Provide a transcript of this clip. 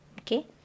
Okay